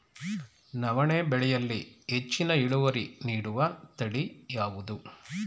ನವಣೆ ಬೆಳೆಯಲ್ಲಿ ಹೆಚ್ಚಿನ ಇಳುವರಿ ನೀಡುವ ತಳಿ ಯಾವುದು?